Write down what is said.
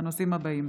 בנושאים אלה: